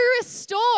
restore